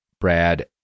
Brad